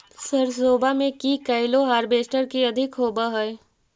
सरसोबा मे की कैलो हारबेसटर की अधिक होब है?